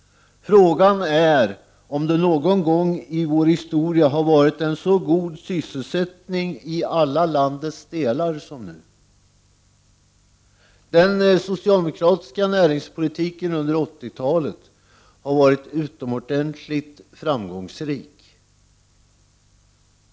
Frågan är om vi någon gång i vår historia har haft en så god sysselsättning i alla landets delar som nu. Den socialdemokratiska näringspolitiken under 80-talet har varit utomordentligt framgångsrik.